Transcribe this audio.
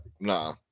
Nah